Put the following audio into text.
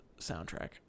soundtrack